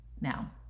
Now